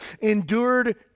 endured